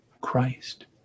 Christ